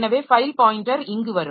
எனவே file pointer இங்கு வரும்